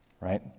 Right